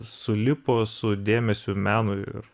sulipo su dėmesiu menui ir